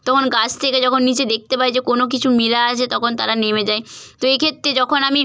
তখন গাছ থেকে যখন নিচে দেখতে পায় যে কোনো কিছু মেলা আছে তখন তারা নেমে যায় তো এই ক্ষেত্রে যখন আমি